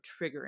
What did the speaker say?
triggering